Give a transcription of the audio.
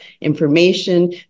information